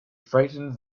frightened